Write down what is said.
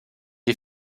est